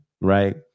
right